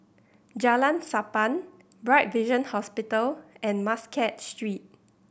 Jalan Sappan Bright Vision Hospital and Muscat Street